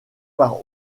par